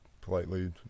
politely